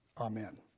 Amen